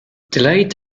delayed